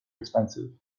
expensive